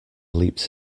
leaped